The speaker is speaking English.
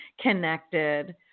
connected